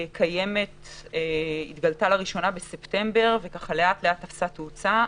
שהתגלתה לראשונה בספטמבר ולאט-לאט תפסה תאוצה.